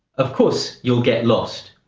of course, you'll get lost.